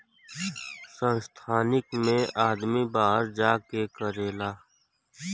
संस्थानिक मे आदमी बाहर जा के करेला